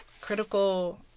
critical